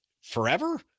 forever